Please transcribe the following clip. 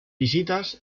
visitas